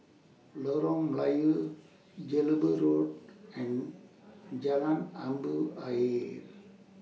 Lorong Melayu Jelebu Road and Jalan Jambu Ayer